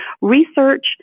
Research